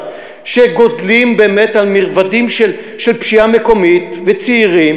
שגדלים באמת על מרבדים של פשיעה מקומית וצעירים